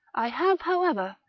i have, however,